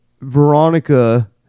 Veronica